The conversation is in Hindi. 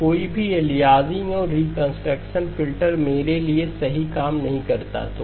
तो कोई भी एलियासिंग और रीकंस्ट्रक्शन फ़िल्टर मेरे लिए सही काम नहीं करता है